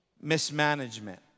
mismanagement